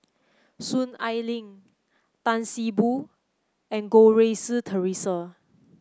Soon Ai Ling Tan See Boo and Goh Rui Si Theresa